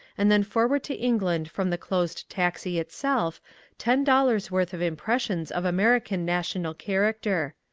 and then forward to england from the closed taxi itself ten dollars' worth of impressions of american national character.